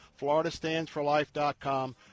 floridastandsforlife.com